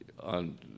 On